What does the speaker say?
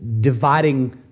dividing